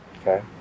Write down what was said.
Okay